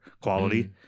quality